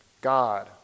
God